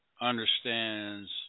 understands